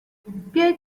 بیایید